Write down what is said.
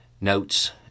notes